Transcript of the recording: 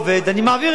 אני מעביר את זה,